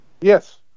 Yes